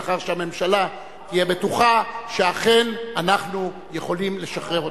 לאחר שהממשלה תהיה בטוחה שאכן אנחנו יכולים לשחרר אותו.